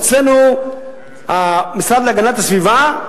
אצלנו המשרד להגנת הסביבה,